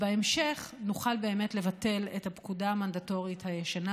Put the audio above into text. ובהמשך נוכל באמת לבטל את הפקודה המנדטורית הישנה,